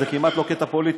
זה כמעט לא קטע פוליטי.